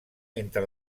entre